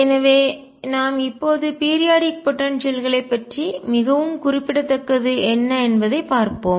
எனவே நாம் இப்போது பீரியாடிக் போடன்சியல் குறிப்பிட்ட கால இடைவெளி ஆற்றல் களை பற்றி மிகவும் குறிப்பிடத்தக்கது என்ன என்பதைப் பார்ப்போம்